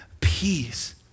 peace